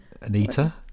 Anita